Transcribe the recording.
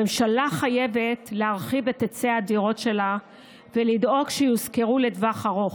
הממשלה חייבת להרחיב את היצע הדירות שלה ולדאוג שיושכרו לטווח ארוך,